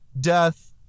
death